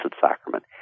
Sacrament